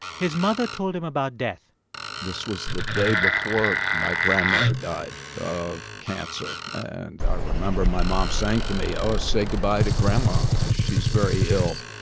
his mother told him about death this was the day before my grandmother died of cancer. and i remember my mom saying to me, oh, ah say goodbye to grandma because she's very ill.